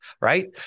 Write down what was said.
right